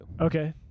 Okay